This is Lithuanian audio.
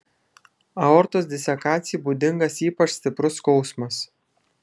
aortos disekacijai būdingas ypač stiprus skausmas